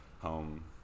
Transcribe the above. home